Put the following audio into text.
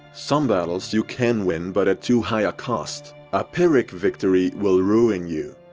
some battles you can win, but at too high a cost. a pyrrhic victory will ruin you.